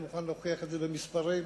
אני מוכן להוכיח את זה במספרים,